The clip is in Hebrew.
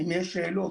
האם יש שאלות?